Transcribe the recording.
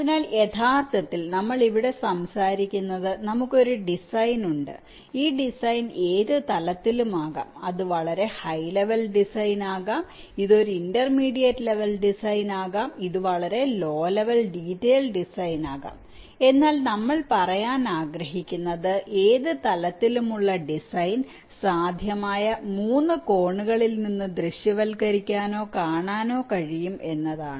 അതിനാൽ യഥാർത്ഥത്തിൽ നമ്മൾ ഇവിടെ സംസാരിക്കുന്നത് നമുക്ക് ഒരു ഡിസൈൻ ഉണ്ട് ഈ ഡിസൈൻ ഏത് തലത്തിലും ആകാം അത് വളരെ ഹൈ ലെവൽ ഡിസൈൻ ആകാം ഇത് ഒരു ഇന്റർമീഡിയറ്റ് ലെവൽ ഡിസൈൻ ആകാം ഇത് വളരെ ലോ ലെവൽ ഡീറ്റൈൽ ഡിസൈൻ ആകാം എന്നാൽ നമ്മൾ പറയാൻ ആഗ്രഹിക്കുന്നത് ഏത് തലത്തിലുമുള്ള ഡിസൈൻ സാധ്യമായ മൂന്നു കോണുകളിൽ നിന്ന് ദൃശ്യവൽക്കരിക്കാനോ കാണാനോ കഴിയും എന്നതാണ്